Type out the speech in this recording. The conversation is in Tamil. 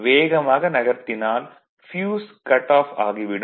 வேகமாக நகர்த்தினால் ப்யூஸ் கட் ஆஃப் ஆகி விடும்